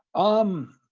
um